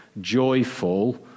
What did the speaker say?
joyful